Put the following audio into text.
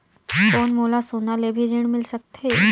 कौन मोला सोना ले भी ऋण मिल सकथे?